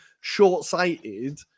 short-sighted